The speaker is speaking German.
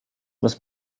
was